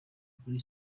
kuri